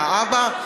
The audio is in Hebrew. מהאבא.